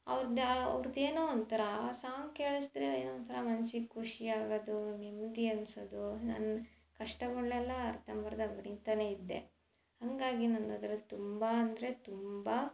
ಅವ್ರ್ದು ಅವ್ರ್ದು ಏನೋ ಒಂಥರ ಆ ಸೊಂಗ್ ಕೇಳಿಸ್ದರೆ ಏನೋ ಒಂಥರ ಮನ್ಸಿಗೆ ಖುಷಿ ಆಗೋದು ನೆಮ್ಮದಿ ಅನ್ಸೋದು ನನ್ನ ಕಷ್ಟಗಳನ್ನೆಲ್ಲ ಅರ್ಧಂಬರ್ಧ ಮರಿತಾ ಇದ್ದೆ ಹಾಗಾಗಿ ನಂಗೆ ಅದ್ರಲ್ಲಿ ತುಂಬ ಅಂದರೆ ತುಂಬ